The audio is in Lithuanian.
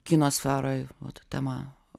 kino sferoj o ta tema